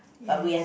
yes